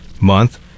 Month